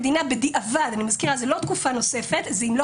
אני מזכירה: זוהי לא תקופה נוספת; זה אם לא